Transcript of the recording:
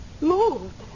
moved